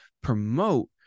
promote